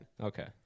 Okay